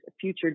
future